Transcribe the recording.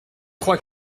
crois